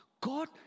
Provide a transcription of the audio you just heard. God